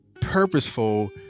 purposeful